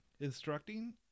instructing